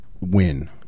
win